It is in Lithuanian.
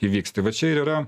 įvyks tai va čia ir yra